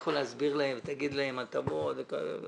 אתה יכול להסביר להם ולומר להם הטבות וכולי.